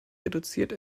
reduziert